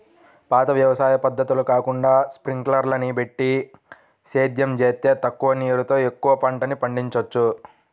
పాత వ్యవసాయ పద్ధతులు కాకుండా స్పింకర్లని బెట్టి సేద్యం జేత్తే తక్కువ నీరుతో ఎక్కువ పంటని పండిచ్చొచ్చు